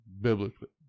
biblically